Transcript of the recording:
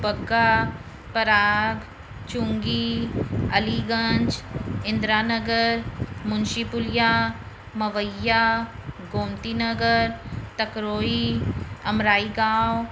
Dubagga Parag Chungi Aliganj Indiranagar Munshipulia Mawaiya Gomtinagar Takrohi Amraigaon